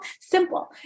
simple